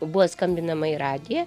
buvo skambinama į radiją